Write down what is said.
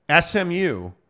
SMU